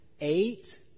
eight